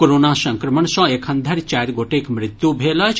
corona संक्रमण सॅ एखनधरि चारि गोटेक मृत्यु भेल अछि